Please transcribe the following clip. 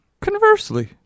Conversely